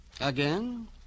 Again